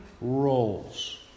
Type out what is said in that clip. roles